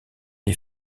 les